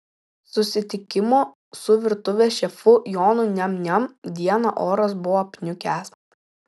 susitikimo su virtuvės šefu jonu niam niam dieną oras buvo apniukęs